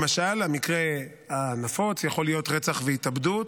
למשל, המקרה הנפוץ יכול להיות רצח והתאבדות,